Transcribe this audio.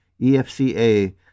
EFCA